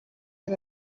ari